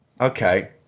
Okay